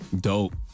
Dope